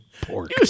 pork